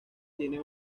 tiene